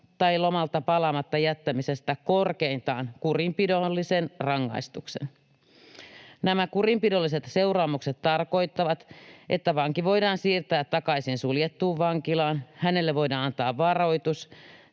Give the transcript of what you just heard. tai lomalta palaamatta jättämisestä korkeintaan kurinpidollisen rangaistuksen. Nämä kurinpidolliset seuraamukset tarkoittavat, että vanki voidaan siirtää takaisin suljettuun vankilaan, hänelle voidaan antaa varoitus